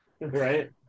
right